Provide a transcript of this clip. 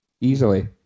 easily